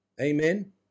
Amen